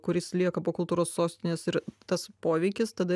kuris lieka po kultūros sostinės ir tas poveikis tada